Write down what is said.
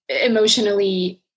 emotionally